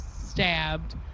stabbed